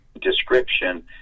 description